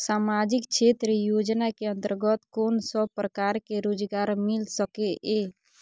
सामाजिक क्षेत्र योजना के अंतर्गत कोन सब प्रकार के रोजगार मिल सके ये?